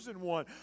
one